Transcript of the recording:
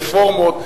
רפורמות,